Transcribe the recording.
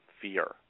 fear